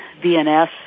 VNS